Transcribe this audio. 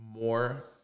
more